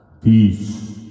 peace